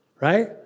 right